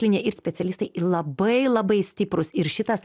linija ir specialistai į labai labai stiprūs ir šitas